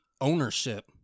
ownership